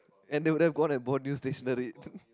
and they would have gone and bought new stationery